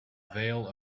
vale